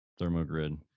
ThermoGrid